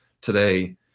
today